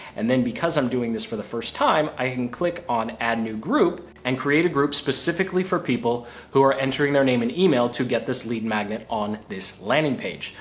and then, because i'm doing this for the first time, i can click on add new group and create a group specifically for people who are entering their name and email to get this lead magnet on this landing page.